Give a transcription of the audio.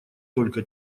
только